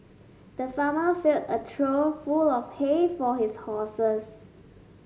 the farmer filled a trough full of hay for his horses